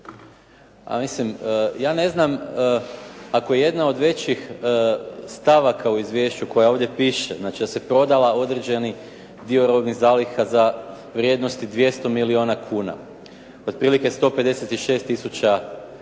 ja ne znam ako jedna od većih stavaka u izvješću koja ovdje piše, znači da se prodala određeni dio robnih zaliha za vrijednosti 200 milijuna kuna, otprilike 156 tisuća tona